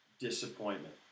disappointment